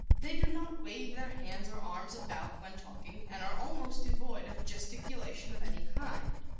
they do not wave their hands or arms about when talking and are almost devoid of gesticulation of any kind.